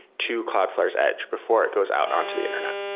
to cloudflare's edge before it goes out on to the internet.